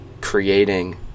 creating